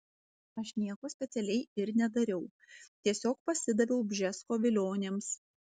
aš nieko specialiai ir nedariau tiesiog pasidaviau bžesko vilionėms